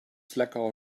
slacker